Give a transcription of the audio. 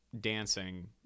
dancing